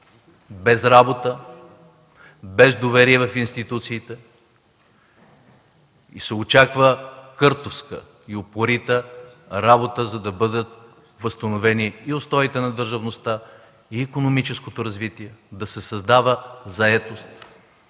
без работа, без доверие в институциите и се очаква къртовска и упорита работа, за да бъдат възстановени и устоите на държавността, и икономическото развитие, да се създава заетост,